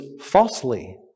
falsely